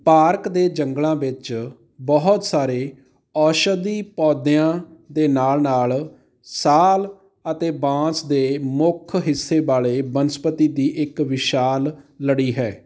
park ਦੇ ਜੰਗਲਾਂ ਵਿੱਚ ਬਹੁਤ ਸਾਰੇ ਔਸ਼ਧੀ ਪੌਦਿਆਂ ਦੇ ਨਾਲ ਨਾਲ ਸਾਲ ਅਤੇ ਬਾਂਸ ਦੇ ਮੁੱਖ ਹਿੱਸੇ ਵਾਲੇ ਬਨਸਪਤੀ ਦੀ ਇੱਕ ਵਿਸ਼ਾਲ ਲੜੀ ਹੈ